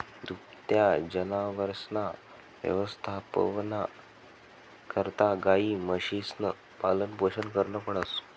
दुभत्या जनावरसना यवस्थापना करता गायी, म्हशीसनं पालनपोषण करनं पडस